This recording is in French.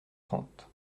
trente